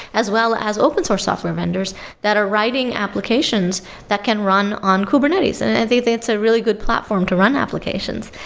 as well as open source software vendors that are writing applications that can run on kubernetes. and i think it's a really good platform to run applications.